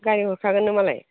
गारि हरखागोननो मालाय